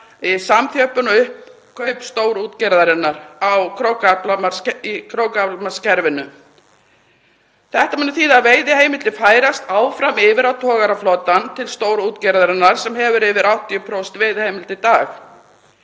samþjöppun og uppkaup stórútgerðarinnar í krókaaflamarkskerfinu. Þetta mun þýða að veiðiheimildir færast áfram yfir á togaraflotann til stórútgerðarinnar sem hefur yfir 80% veiðiheimilda í dag.